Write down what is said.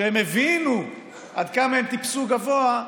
שהם הבינו עד כמה הם טיפסו גבוה,